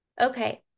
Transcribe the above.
Okay